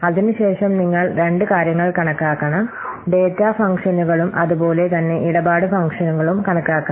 അതിനുശേഷം നിങ്ങൾ രണ്ട് കാര്യങ്ങൾ കണക്കാക്കണം ഡാറ്റാ ഫംഗ്ഷനുകളും അതുപോലെ തന്നെ ഇടപാട് ഫംഗ്ഷനുകളും കണക്കാക്കണം